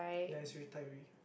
ya he's retired already